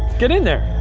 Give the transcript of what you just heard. get in there!